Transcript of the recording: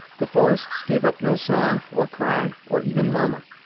the forests gave up no song, or cry, or even murmur,